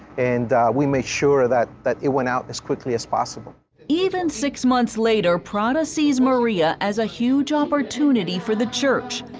and we made sure that that it went out as quickly as possible. heather even six months later, prada sees maria as a huge opportunity for the church.